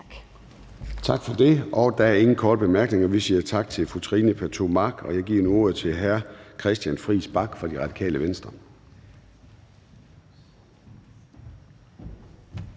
Tak for det. Der er ingen korte bemærkninger. Vi siger tak til fru Trine Pertou Mach. Jeg giver nu ordet til hr. Christian Friis Bach fra Radikale Venstre.